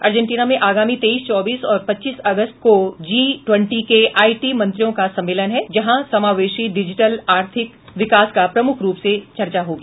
Argentina में आगामी तेईस चौबीस और पच्चीस अगस्त को जी ट्वेंटी के आईटी मंत्रियों का सम्मेलन है जहां समावेशी डिजिटल आर्थिक विकास पर प्रमुख रूप से चर्चा होगी